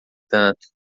tanto